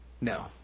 no